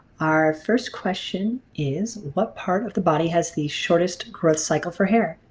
our first question is what part of the body has the shortest growth cycle for hair?